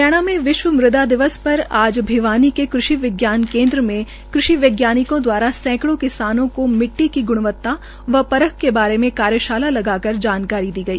हरियाणा में विश्व मुदा दिवस पर आज भिवानी के कृषि विज्ञान केन्द्र में कृषि वैज्ञानिाकें द्वारा सैंकड़ो को मिट्टी का ग्णवता व परख के बारे में कार्यशाला लगाकर जानकारी दी गई